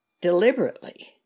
deliberately